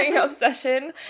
obsession